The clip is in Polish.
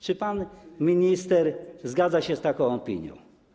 Czy pan minister zgadza się z taką opinią?